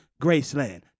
Graceland